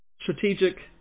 strategic